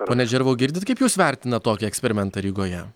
pone džervau girdit kaip jūs vertinat tokį eksperimentą rygoje